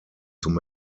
zum